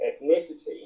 ethnicity